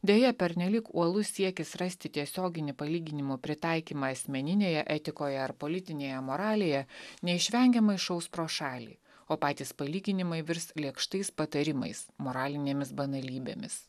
deja pernelyg uolus siekis rasti tiesioginį palyginimo pritaikymą asmeninėje etikoje ar politinėje moralėje neišvengiamai šaus pro šalį o patys palyginimai virs lėkštais patarimais moralinėmis banalybėmis